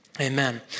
Amen